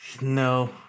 No